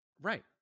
Right